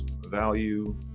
value